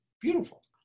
Beautiful